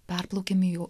perplaukėme į